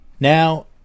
Now